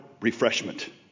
refreshment